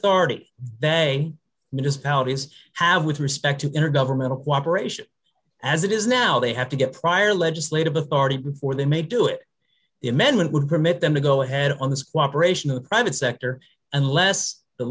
to have with respect to enter governmental cooperation as it is now they have to get prior legislative authority before they may do it the amendment would permit them to go ahead on the cooperation of the private sector unless the